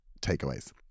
takeaways